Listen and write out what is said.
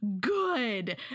good